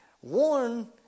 One